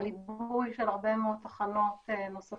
על עיבוי של הרבה מאוד תחנות נוספות,